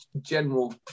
general